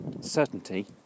certainty